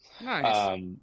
Nice